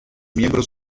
miembros